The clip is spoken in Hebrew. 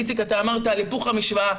איציק, אתה דיברת על היפוך המשוואה.